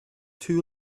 too